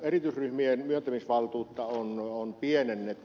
erityisryhmien myöntämisvaltuutta on pienennetty